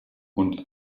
und